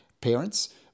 parents